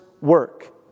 work